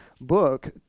book